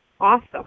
Awesome